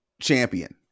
Champion